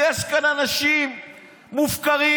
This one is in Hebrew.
יש כאן אנשים מופקרים,